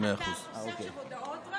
מוסר רק הודעות?